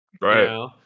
Right